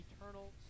eternal